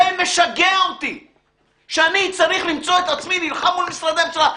זה משגע אותי שאני צריך למצוא את עצמי נלחם מול משרדי הממשלה.